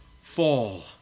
fall